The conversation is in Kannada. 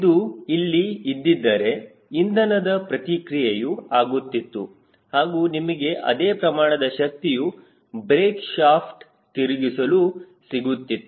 ಇದು ಇಲ್ಲಿ ಇದ್ದಿದ್ದರೆ ಇಂಧನದ ಪ್ರತಿಕ್ರಿಯೆಯು ಆಗುತ್ತಿತ್ತು ಹಾಗೂ ನಿಮಗೆ ಅದೇ ಪ್ರಮಾಣದ ಶಕ್ತಿಯು ಬ್ರೇಕ್ ಶಾಫ್ಟ್ ತಿರುಗಿಸಲು ಸಿಗುತ್ತಿತ್ತು